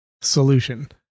solution